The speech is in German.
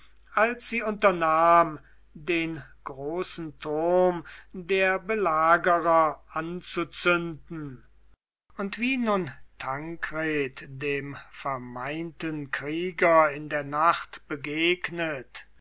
als sie unternahm den großen turm der belagerer anzuzünden und wie nun tankred dem vermeinten krieger in der nacht begegnet